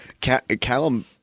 Callum